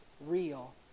real